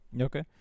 Okay